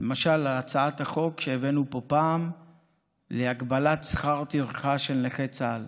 למשל הצעת החוק שהבאנו פה פעם להגבלת שכר טרחה לנכי צה"ל.